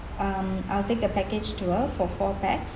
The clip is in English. um I'll take the package tour for four pax